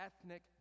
ethnic